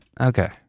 Okay